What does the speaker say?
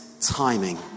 timing